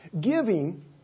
giving